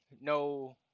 no